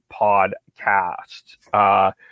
podcast